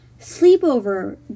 sleepover